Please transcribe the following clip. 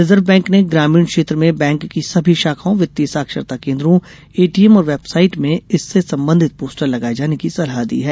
reserve bank ने ग्रामीण क्षेत्र में बैंक की सभी शाखाओं वित्तीय साक्षरता केन्द्रों एटीएम और वेबसाइट में इससे संबंधित पोस्टर लगाए जाने की सलाह दी है